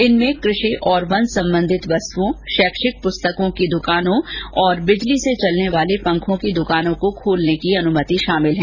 इनमें कृषि और वन सम्बन्धित वस्तुओं शैक्षिक पुस्तकों की द्रकानों और बिजली से चलने वाले पंखों की द्रकानों को खोलने की अनुमति दी गई है